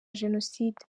jenoside